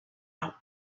out